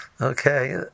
Okay